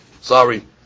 Sorry